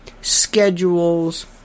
schedules